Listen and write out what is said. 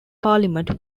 parliament